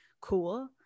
cool